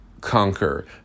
conquer